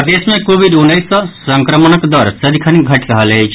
प्रदेश मे कोविड उन्नैस सॅ संक्रमणक दर सदिखन घटि रहल अछि